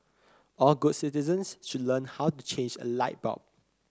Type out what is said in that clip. all good citizens should learn how to change a light bulb